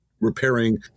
repairing